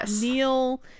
Neil